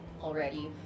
already